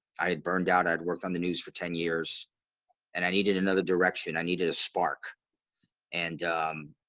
i had burned out i had worked on the news for ten years and i needed another direction. i needed a spark and